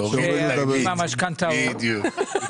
עם המשכנתאות,